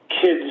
kids